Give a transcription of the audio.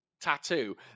tattoo